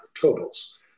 totals